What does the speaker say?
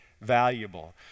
valuable